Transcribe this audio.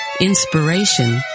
inspiration